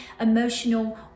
emotional